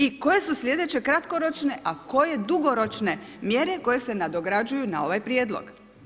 I koje su sljedeće kratkoročne, a koje dugoročne mjere koje se nadograđuju na ovaj prijedlog?